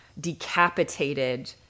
decapitated